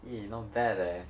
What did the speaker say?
eh not bad leh